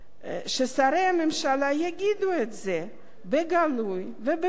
ששרי הממשלה יגידו את זה בגלוי ובפומבי